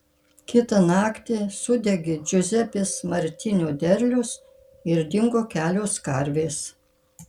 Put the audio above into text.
kitą naktį sudegė džiuzepės martinio derlius ir dingo kelios karvės